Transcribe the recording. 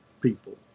people